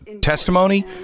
testimony